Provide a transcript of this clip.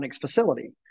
facility